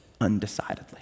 undecidedly